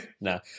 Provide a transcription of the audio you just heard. No